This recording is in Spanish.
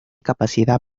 capacidad